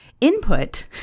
input